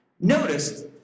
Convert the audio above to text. notice